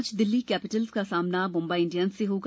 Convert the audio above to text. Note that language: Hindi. आज दिल्ली कैपिटल्स का सामना मुम्बई इंडियन्स से होगा